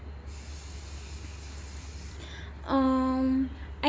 um